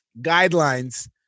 guidelines